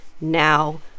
now